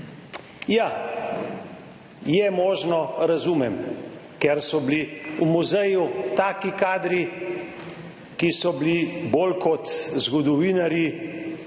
Ja, je možno, razumem, ker so bili v muzeju taki kadri, da so bili bolj kot zgodovinarji